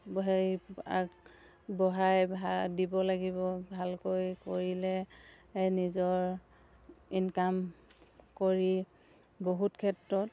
হেৰি আগবঢ়াই দিব লাগিব ভালকৈ কৰিলে নিজৰ ইনকাম কৰি বহুত ক্ষেত্ৰত